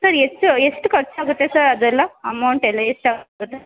sir ಎಷ್ಟು ಎಷ್ಟು ಖರ್ಚಾಗುತ್ತೆ ಸರ್ ಅದೆಲ್ಲ ಅಮೊನ್ಟ್ ಎಲ್ಲ ಎಷ್ಟಾಗುತ್ತೆ